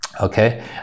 okay